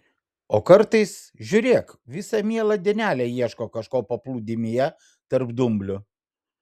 o kartais žiūrėk visą mielą dienelę ieško kažko paplūdimyje tarp dumblių